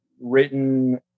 written